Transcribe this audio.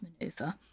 Maneuver